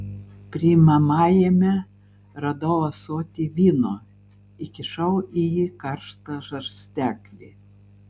priimamajame radau ąsotį vyno įkišau į jį karštą žarsteklį